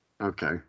Okay